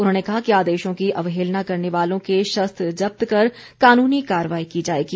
उन्होंने कहा कि आदेशों की अवहेलना करने वालों के शस्त्र जब्त कर कानूनी कार्यवाही की जाएगी